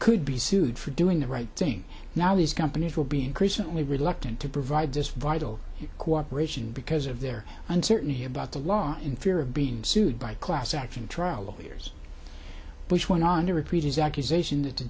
could be sued for doing the right thing now these companies will be increasingly reluctant to provide this vital cooperation because of their uncertainty about the law in fear of being sued by class action trial lawyers bush went on to repeat his accusation that the